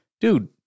dude